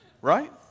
right